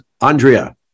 Andrea